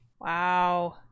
wow